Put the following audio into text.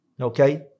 Okay